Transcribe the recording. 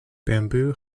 bamboo